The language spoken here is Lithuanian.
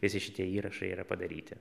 visi šitie įrašai yra padaryti